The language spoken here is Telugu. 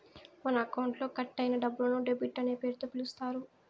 మన అకౌంట్లో కట్ అయిన డబ్బులను డెబిట్ అనే పేరుతో పిలుత్తారు